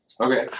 Okay